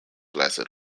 lasted